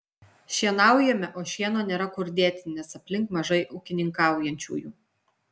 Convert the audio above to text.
šienaujame o šieno nėra kur dėti nes aplink mažai ūkininkaujančiųjų